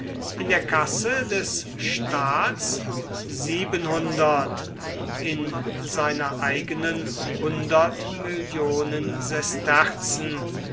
in der kasse des staats in seiner eigenen